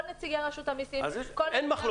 כל נציגי רשות המסים, כל --- אז אין מחלוקת.